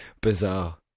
Bizarre